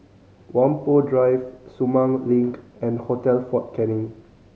Whampoa Drive Sumang Link and Hotel Fort Canning